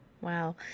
Wow